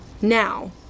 now